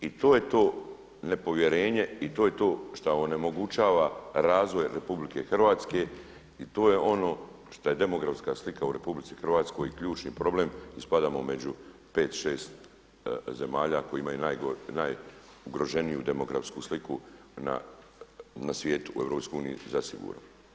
I to je to nepovjerenje, i to je to šta onemogućava razvoj RH, i to je ono šta je demografska slika u RH ključni problem i spadamo među pet, šest zemalja koji imaju najugroženiju demografsku sliku na svijetu, u EU zasigurno.